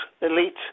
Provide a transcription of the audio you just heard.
elite